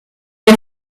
der